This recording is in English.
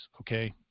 okay